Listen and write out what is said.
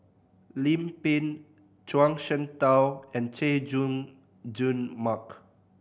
Lim Pin Zhuang Shengtao and Chay Jung Jun Mark